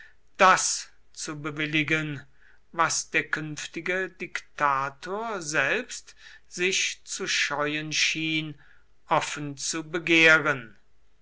das zu bewilligen was der künftige diktator selbst sich zu scheuen schien offen zu begehren